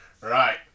right